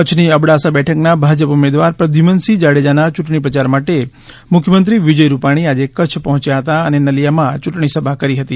કચ્છની અબડાસા બેઠકના ભાજપ ઉમેદવાર પ્રદ્યુમનસિંહ જાડેજાના યૂંટણી પ્રચાર માટે મુખ્યમંત્રી વિજય રૂપાણી આજે કચ્છ પહોંચ્યા હતા અને નલિયામાં ચૂંટણી સભા કરી હતી